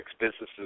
businesses